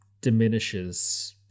diminishes